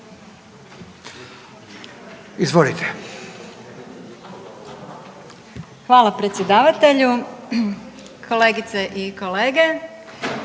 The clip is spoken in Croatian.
Hvala predsjedavatelju. Kolegice i kolege,